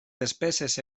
despeses